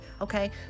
okay